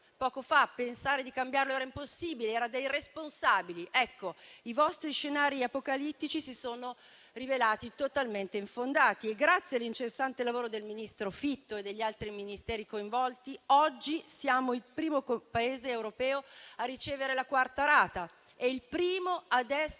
che pensare di cambiarlo era impossibile, era da irresponsabili. Ebbene, i vostri scenari apocalittici si sono rivelati totalmente infondati. E, grazie all'incessante lavoro del ministro Fitto e degli altri Ministeri coinvolti, oggi il nostro è il primo Paese europeo a ricevere la quarta rata e il primo a essere